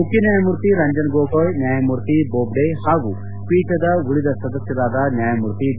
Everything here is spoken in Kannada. ಮುಖ್ಯ ನ್ಲಾಯಮೂರ್ತಿ ರಂಜನ್ ಗೊಗೋಯ್ ನ್ಲಾಯಮೂರ್ತಿ ಬೊಬಡೆ ಹಾಗೂ ಪೀಠದ ಉಳಿದ ಸದಸ್ನರಾದ ನ್ಗಾಯಮೂರ್ತಿ ಡಿ